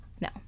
No